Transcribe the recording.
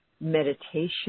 meditation